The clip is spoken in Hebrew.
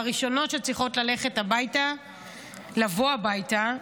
והראשונות שצריכות לבוא הביתה,